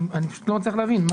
אני פשוט לא מצליח להבין.